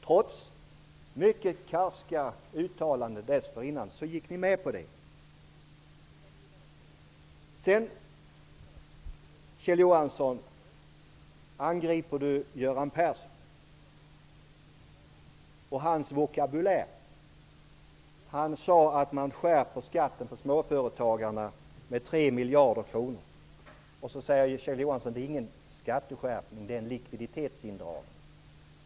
Trots mycket karska uttalanden dessförinnan gick ni med på det. Kjell Johansson angriper Göran Persson och hans vokabulär. Göran Persson sade att regeringen skärper skatten för småföretagarna med 3 miljarder kronor. Sedan säger Kjell Johansson att det inte är någon skatteskärpning utan en likviditetsindragning.